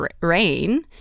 rain